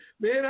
Man